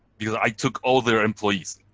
because i took all their employees.